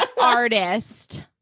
artist